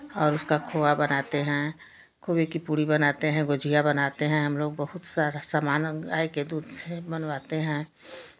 और उसका खोआ बनाते हैं खुवे की पूड़ी बनाते हैं गुझिया बनाते हैं हमलोग बहुत सारा सामान गाय के दूध से बनवाते हैं